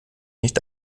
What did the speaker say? nicht